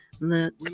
look